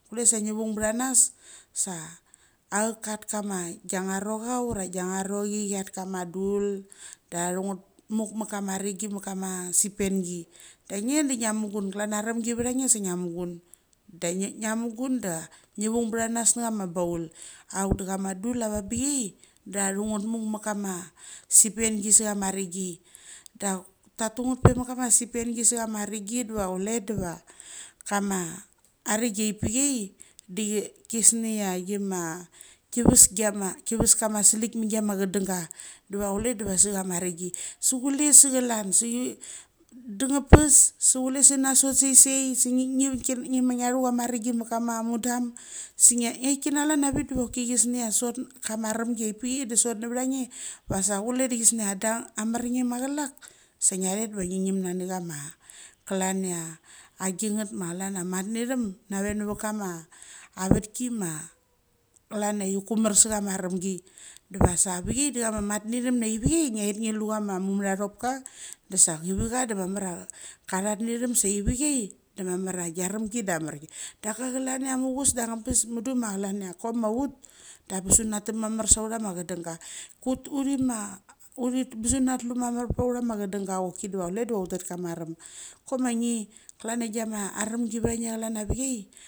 Klue sa ngi veing banas sa ach sa ach kat kama gicha rouchaura gicha rouchi ki at kama dul da tathigat muk mek kama ren gi mek kama sipengi, da nge de inga mugun kian na ramgi vrtha sa ngia mugun. Da ngia ngia mugun da ngi veng banas na kama baul. Auk da kama dul avabiai da tathgut tarunget muk mek kama sipengi sa kama arenggi. Dauk tatungth pe met kama sipengi sa kamarenggi deva kule deca kama arenssiapai de chi kisnia kima kives giama kives kama slik magiam a chadangga deva kule dava sechama renggi suchule sa klan se danga pas su kule sa na sot sai sai ngi, ngi kur nsi ngi ma ngiathu kama renggi mukama mudam se ngia aikina klan a vik ddochoki gisnia sot kama rumgi aip ai da sot nga kama rumgi aipai de sot navange vasa kule de chisnia dung amarnge ma chalak sa ngia rat deva ngia ngim nani kama klan ia agingat ma klan a madithem nave navat kama avatki ma klan ia ngi kumur sakama rumgi. Deva sa avichai de et chama dudnithem navi ai ngiat ngi lu kama mumathopka desa chivicha da mamar a karatdithom sai vai da mam ar a gia rumgi da marki. Dak klania muchus da angabes mudu ma klan la cho ma ut da bes. Una tem mamar sa utha ma cha dengga ut uthi ma bes unatlu mamar pautha cha dang ga choki deva kule du uthet kama arum chomaingie klania gia arumgi vra ngie e klam ia viai.